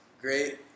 great